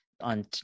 on